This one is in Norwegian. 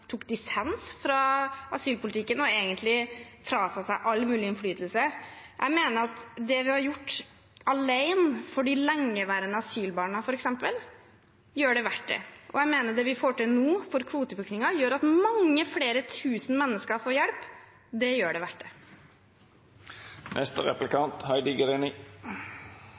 tok dissens i asylpolitikken og egentlig frasa seg all mulig innflytelse. Jeg mener at alene det vi har gjort for de lengeværende asylbarna, f.eks., gjør det verdt det, og jeg mener det vi får til nå for kvoteflyktninger, gjør at mange flere tusen mennesker får hjelp. Det gjør det verdt